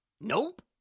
Nope